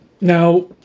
Now